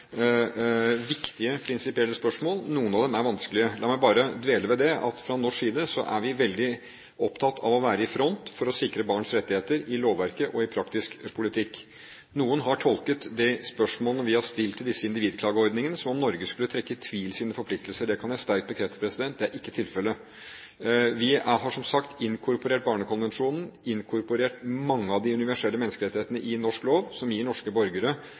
viktige, prinsipielle spørsmål. Noen av dem er vanskelige. La meg bare dvele ved at fra norsk side er vi veldig opptatt av å være i front for å sikre barns rettigheter i lovverket og i praktisk politikk. Noen har tolket de spørsmålene vi har stilt til disse individklageordningene som at Norge skulle trekke i tvil sine forpliktelser. Det kan jeg sterkt bekrefte ikke er tilfellet. Vi har som sagt inkorporert Barnekonvensjonen og mange av de universelle menneskerettighetene i norsk lov, som gir norske borgere